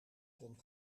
kon